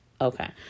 Okay